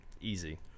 Easy